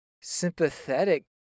sympathetic